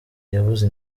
yabuze